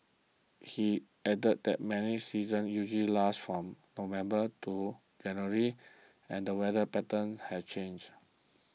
he added that many season usually lasts from November to January and that weather patterns has changed